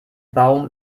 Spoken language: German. baum